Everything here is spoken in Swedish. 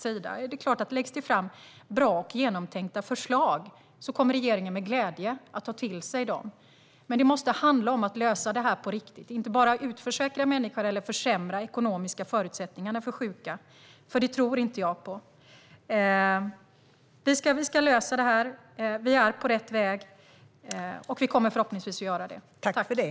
Om det läggs fram bra och genomtänkta förslag är det klart att regeringen kommer att ta dem till sig med glädje. Men det måste handla om att lösa det här på riktigt, inte bara om att utförsäkra människor eller försämra de ekonomiska förutsättningarna för sjuka. Det tror jag nämligen inte på. Vi ska lösa det här. Vi är på rätt väg. Vi kommer förhoppningsvis att klara det.